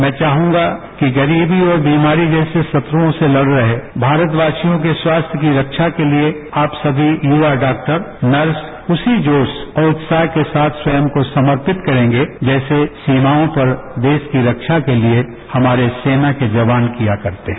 मैं चाहूंगा कि गरीबी और बीमारी जैसे शत्रुओं से लड़ रहे भारतवासियों के स्वास्थ की रक्षा के लिए आप सभी युवा डॉक्टर नर्स उसी जोश और उत्साह के साथ स्वयं को समर्पित करेंगे जैसे सीमाओं पर देश की रक्षा के लिए हमारे सेना के जवान किया करते हैं